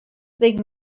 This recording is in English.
think